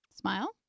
Smile